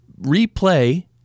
replay